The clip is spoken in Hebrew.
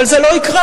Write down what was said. אבל זה לא יקרה,